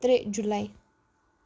ترٛےٚ جُلَے